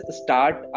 start